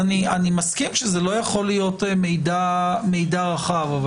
אני מסכים שזה לא יכול להיות מידע רחב מדי,